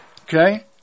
Okay